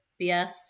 BS